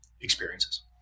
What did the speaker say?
experiences